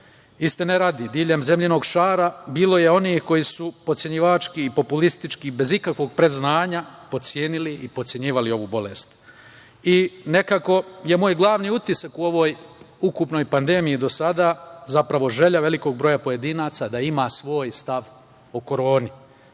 radi, diljem zemljinog šara, bilo je onih koji su potcenjivački, populistički, bez ikakvog predznanja, potcenili i potcenjivali ovu bolest. Nekako je moj glavni utisak, u ovoj ukupnoj pandemiji do sada, zapravo želja velikog broja pojedinaca da ima svoj stav o koroni.